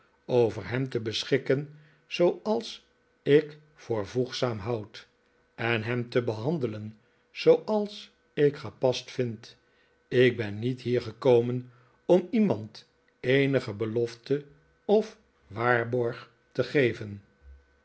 over hem te beschikken zooals ik voor voegzaam houd en hem te behandelen zooals ik gepast vind ik ben niet hier gekomen om iemand eenige belofte of waarborg te geven